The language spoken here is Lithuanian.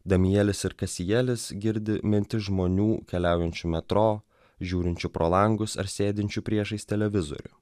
damielis ir kasielis girdi mintis žmonių keliaujančių metro žiūrinčių pro langus ar sėdinčių priešais televizorių